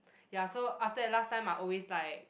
ya so after that last time I always like